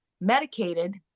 medicated